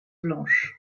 blanche